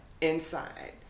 inside